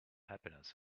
happiness